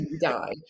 die